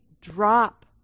drop